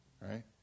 Right